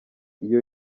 iyo